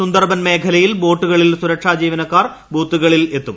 സുന്ദർബൻ മേഖലയിൽ ബോട്ടുകളിൽ സുരക്ഷാ ജീവനക്കാർ ബൂത്തുകളിൽ എത്തും